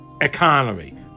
economy